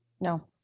No